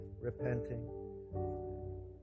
repenting